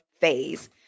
phase